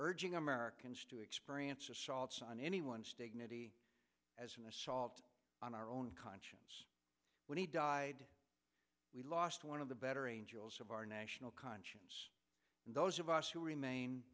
urging americans to experience assaults on any one state as an assault on our own conscience when he died we lost one of the better angels of our national conscience and those of us who remain